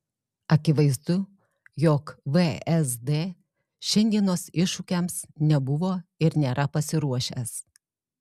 akivaizdu jog vsd šiandienos iššūkiams nebuvo ir nėra pasiruošęs